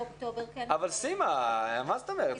באוקטובר --- אבל סימה, מה זאת אומרת?